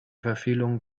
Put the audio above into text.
verfehlungen